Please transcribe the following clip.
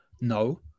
No